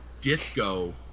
disco